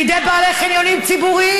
בידי בעלי חניונים ציבוריים?